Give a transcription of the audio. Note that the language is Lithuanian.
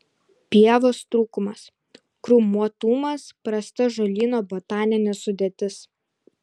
pievos trūkumas krūmuotumas prasta žolyno botaninė sudėtis